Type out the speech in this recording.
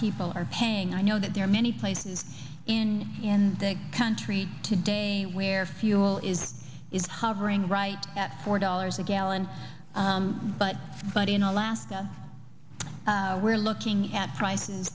people are paying i know that there are many places in the country today where fuel is is hovering right at four dollars a gallon but but in alaska we're looking at prices